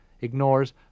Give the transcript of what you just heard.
ignores